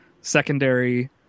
secondary